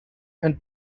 and